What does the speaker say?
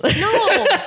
No